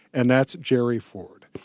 and that's gerry ford.